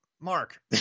mark